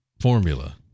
formula